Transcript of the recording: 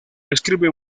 describe